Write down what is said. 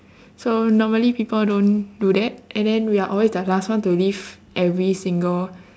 so normally people don't do that and then we are always the last one to leave every single